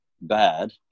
bad